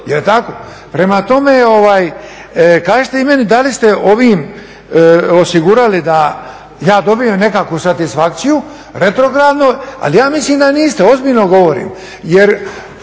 Jel' tako? Prema tome, kažite vi meni da li ste ovim osigurali da ja dobijem nekakvu satisfakciju retrogradno. Ali ja mislim da niste, ozbiljno govorim. Jer